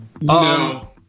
No